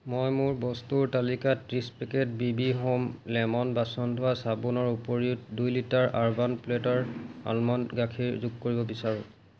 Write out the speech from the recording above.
মই মোৰ বস্তুৰ তালিকাত ত্ৰিছ packet B B home lemon বাচন ধোৱা চাবোনৰ উপৰিও দুই লিটাৰ আৰ্বান প্লেটাৰ আলমণ্ড গাখীৰ যোগ কৰিব বিচাৰোঁ